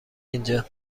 اینجا